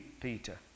Peter